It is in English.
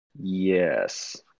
Yes